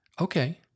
okay